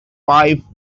five